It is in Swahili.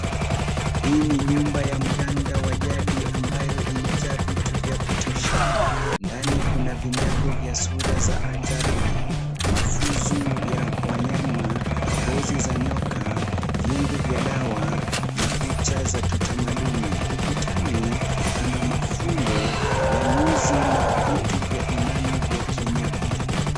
Hii ni nyumba ya mganga wa jadi ambayo imejaa vitu vya kutisha. Ndani kuna vinyago vya vya sura za ajabu. Mafuzu ya wanyama, ngozi za nyoka , viungu vya dawa na picha za kitamaduni. Ukutani kuna mafundo ya nyuzi na vitu vya imani vya kienyeji.